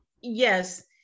Yes